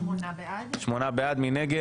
שמונה בעד, מי נגד?